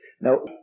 Now